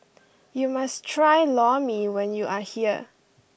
you must try Lor Mee when you are here